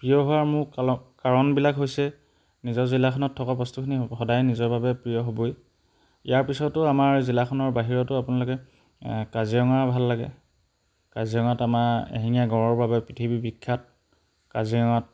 প্ৰিয় হোৱাৰ মোৰ কাৰণবিলাক হৈছে নিজৰ জিলাখনত থকা বস্তুখিনি সদায় নিজৰ বাবে প্ৰিয় হ'বই ইয়াৰ পিছতো আমাৰ জিলাখনৰ বাহিৰতো আপোনালোকে কাজিৰঙাও ভাল লাগে কাজিৰঙাত আমাৰ এশিঙীয়া গঁড়ৰ বাবে পৃথিৱী বিখ্যাত কাজিৰঙাত